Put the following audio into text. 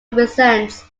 represents